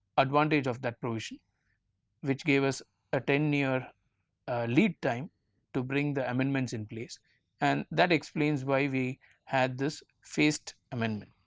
advantage of that provision which gave us a ten year lead time to bring the amendments in place and that explains why we had this phased amendment